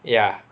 ya